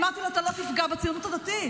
אמרתי לו: אתה לא תפגע בציונות הדתית.